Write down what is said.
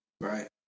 Right